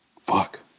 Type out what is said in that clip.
Fuck